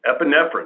epinephrine